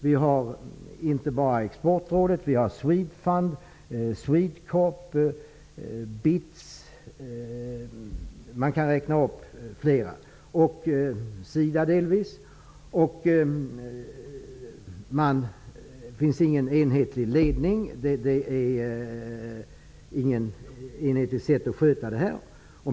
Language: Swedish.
Vi har inte bara Exportrådet utan även Man kan räkna upp flera. Det finns ingen enhetlig ledning och inget enhetligt sätt att sköta detta.